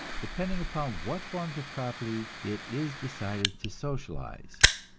depending upon what forms of property it is decided to socialize.